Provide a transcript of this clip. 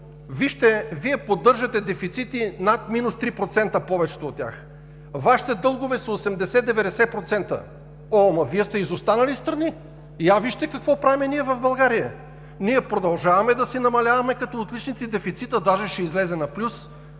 „Вижте, Вие поддържате дефицити над минус три процента – повечето от тях. Вашите дългове са 80 – 90%. О, ама Вие сте изостанали страни! Я вижте какво правим ние в България!“ Ние продължаваме да си намаляваме като отличници дефицита – даже ще излезе на плюс,